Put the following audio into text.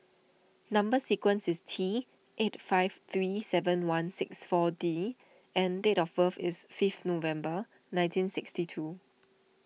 Number Sequence is T eight five three seven one six four D and date of birth is fifth November nineteen sixty two